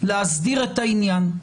להסדיר את העניין.